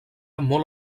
molt